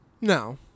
No